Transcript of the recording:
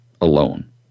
alone